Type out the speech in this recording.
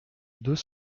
deux